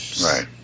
Right